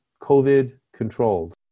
COVID-controlled